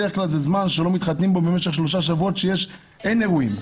בדרך כלל זה זמן שלא מתחתנים בו במשך שלושה שבועות ואז אין אירועים.